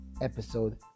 episode